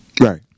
Right